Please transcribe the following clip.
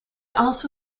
also